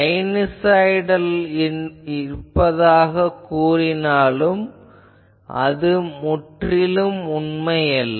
sinusoidal இருப்பதாகக் கூறினாலும் அது முற்றிலும் உண்மையல்ல